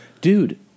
dude